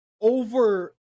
over